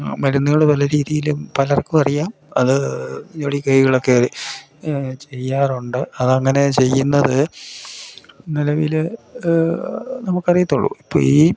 മരുന്നുകൾ പല രീതിയിലും പലർക്കും അറിയാം അത് ഞൊടി കൈകളൊക്കെ ചെയ്യാറുണ്ട് അതങ്ങനെ ചെയ്യുന്നത് നിലവിൽ നമുക്ക് അറിയത്തൊള്ളൂ ഇപ്പം ഈ